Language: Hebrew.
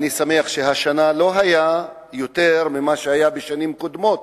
אני שמח שהשנה לא היה יותר ממה שהיה בשנים קודמות,